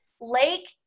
lake